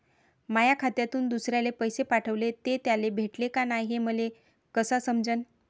माया खात्यातून दुसऱ्याले पैसे पाठवले, ते त्याले भेटले का नाय हे मले कस समजन?